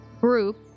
group